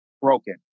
broken